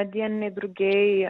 dieniniai drugiai